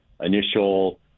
initial